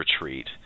retreat